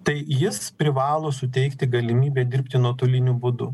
tai jis privalo suteikti galimybę dirbti nuotoliniu būdu